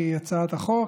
כי הצעת החוק,